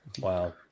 Wow